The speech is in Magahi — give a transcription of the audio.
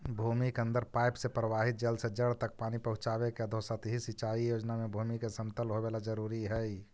भूमि के अंदर पाइप से प्रवाहित जल से जड़ तक पानी पहुँचावे के अधोसतही सिंचाई योजना में भूमि के समतल होवेला जरूरी हइ